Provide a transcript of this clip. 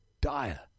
dire